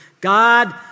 God